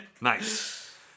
nice